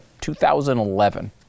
2011